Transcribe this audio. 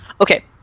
Okay